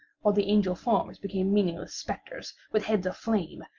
while the angel forms became meaningless spectres, with heads of flame,